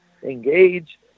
Engage